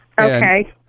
Okay